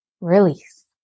release